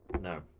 No